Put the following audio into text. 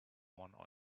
one